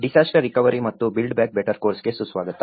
disaster recovery ಮತ್ತು build back better ಕೋರ್ಸ್ಗೆ ಸುಸ್ವಾಗತ